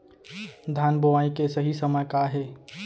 धान बोआई के सही समय का हे?